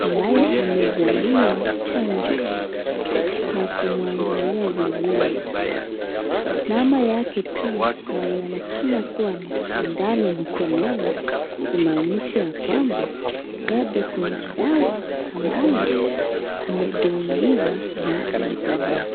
ambaye amezaliwa chanjo na kumwangalia vizuri. Mama yake pia ywaonekana kuwa na sindano mkononi kumaanisha ya kwamba bado kuna dawa ambayo amedungiwa baada ya kuzaa.